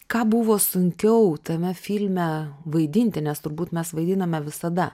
ką buvo sunkiau tame filme vaidinti nes turbūt mes vaidiname visada